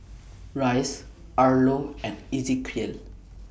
Rice Arlo and Ezequiel